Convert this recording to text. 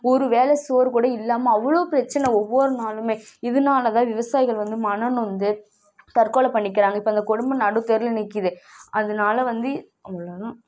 ஒரு வேளை சோறு கூட இல்லாமல் அவ்வளோ பிரச்சனை ஒவ்வொரு நாளுமே இதனாலதான் விவசாயிகள் வந்து மன நொந்து தற்கொலை பண்ணிக்கிறாங்க இப்போ அந்த குடும்பம் நடுத்தெருவில் நிற்கிது அதனால வந்து அவ்வளோதான்